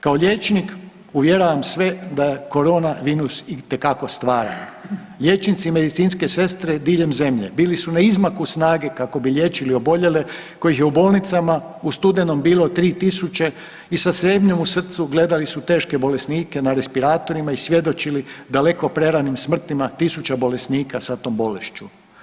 Kao liječnik uvjeravam sve da korona virus itekako stvara, liječnici, medicinske sestre diljem zemlje bili su na izmaku snage kako bi liječili oboljele kojih je u bolnicama u studenom bilo 3.000 i sa zebnjom u srcu gledali su teške bolesnike na respiratorima i svjedočili daleko preranim smrtima tisuća bolesnika sa tom bolešću.